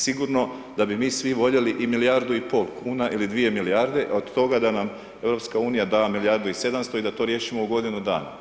Sigurno da bi mi svi voljeli i milijardu i pol kn ili dvije milijarde, a od toga da nam EU da milijardu i 700 i da to riješimo u godinu dana.